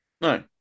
No